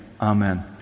Amen